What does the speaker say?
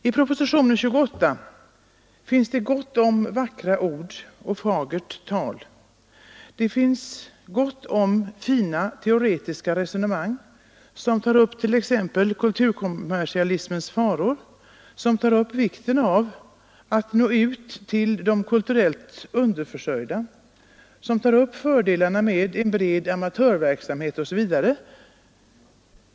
I propositionen 28 finns det gott om vackra ord och fagert tal, det finns gott om fina teoretiska resonemang, som tar upp t.ex. kulturkom mersialismens faror, vikten av att nå ut till de kulturellt underförsörjda, fördelarna med en bred amatörverksamhet osv.